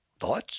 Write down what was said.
Thoughts